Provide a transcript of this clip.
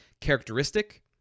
characteristic